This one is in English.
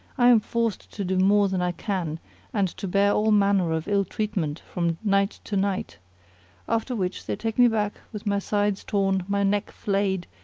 i am forced to do more than i can and to bear all manner of ill treatment from night to night after which they take me back with my sides torn, my neck flayed,